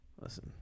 Listen